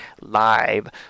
live